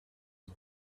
and